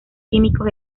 químicos